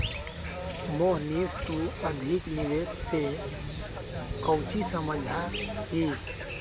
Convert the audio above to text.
मोहनीश तू अधिक निवेश से काउची समझा ही?